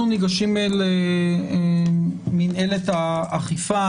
אנחנו ניגשים למינהלת האכיפה.